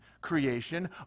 creation